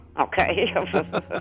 Okay